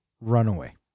Runaway